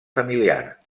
familiar